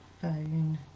phone